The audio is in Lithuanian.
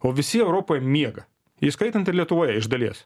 o visi europoj miega įskaitant ir lietuvoj iš dalies